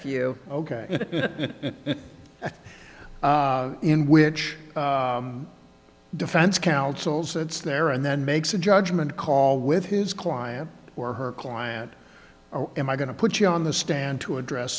ok in which defense counsel sits there and then makes a judgment call with his client or her client or am i going to put you on the stand to address